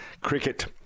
cricket